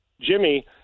Jimmy